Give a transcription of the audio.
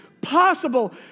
possible